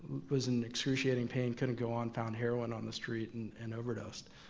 was in excruciating pain, couldn't go on, found heroin on the street and and overdosed.